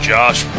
Josh